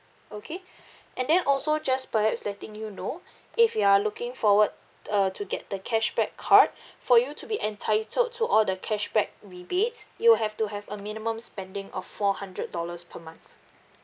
okay and then also just perhaps letting you know if you are looking forward uh to get the cashback card for you to be entitled to all the cashback rebates you'll have to have a minimum spending of four hundred dollars per month